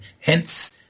hence